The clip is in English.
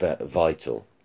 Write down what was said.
vital